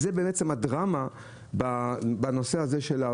זו הדרמה ברפורמה הזאת.